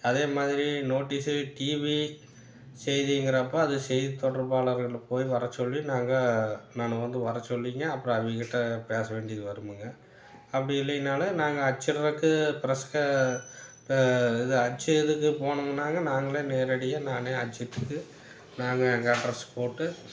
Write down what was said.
அதே மாதிரி notice TV செய்திங்கிறப்போ அது செய்தி தொடர்பாளர்கள போய் வரச்சொல்லி நாங்கள் நான் வந்து வரச்சொல்லிங்க அப்புறம் அவங்கக்கிட்ட பேச வேண்டியது வரும்ங்க அப்படி இல்லையினாலும் நாங்கள் அச்சிட்றக்கு பிரெஸ் க இப்போ இது அச்சு இதுக்கு போனம்னாங்க நாங்களே நேரடியாக நானே அச்சிடிட்டு நாங்கள் எங்கள் அட்ரெஸ் போட்டு